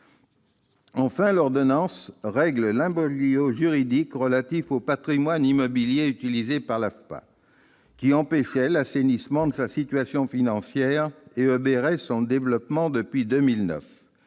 Enfin, l'ordonnance règle l'imbroglio juridique relatif au patrimoine immobilier utilisé par l'AFPA qui empêchait l'assainissement de sa situation financière et obérait son développement depuis 2009,